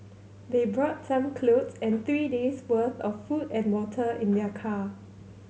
they brought some clothes and three days' worth of food and water in their car